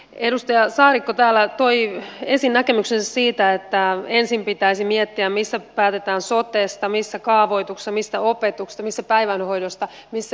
edustaja saarikko täällä toi esiin näkemyksensä siitä että ensin pitäisi miettiä missä päätetään sotesta missä kaavoituksesta missä opetuksesta missä päivähoidosta missä joukkoliikenteestä